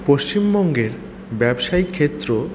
পশ্চিমবঙ্গের ব্যবসায়িক ক্ষেত্র